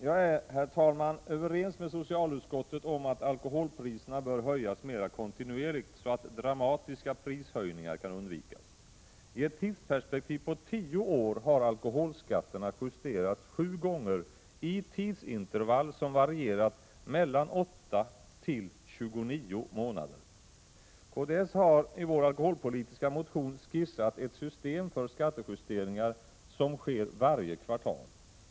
Jag är, herr talman, överens med socialutskottet om att alkoholpriserna bör höjas mera kontinuerligt, så att dramatiska prishöjningar kan undvikas. I ett tidsperspektiv på tio år har alkoholskatterna justerats sju gånger med tidsintervaller som varierat mellan 8 och 29 månader. Kds har i sin alkoholpolitiska motion skissat ett system för skattejusteringar som sker varje kvartal.